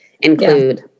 include